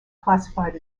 classified